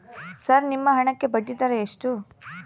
Sir ನಿಮ್ಮ ಹಣಕ್ಕೆ ಬಡ್ಡಿದರ ಎಷ್ಟು?